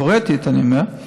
תיאורטית, אני אומר,